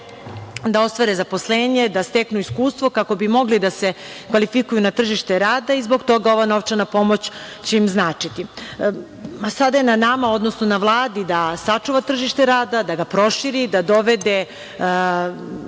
da ostvare zaposlenje, da steknu iskustvo kako bi mogli da se kvalifikuju na tržište rada i zbog toga ova novčana pomoć će im značiti. Sada je na nama, odnosno na Vladi da sačuva tržište rada, da ga proširi, da dovede